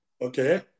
Okay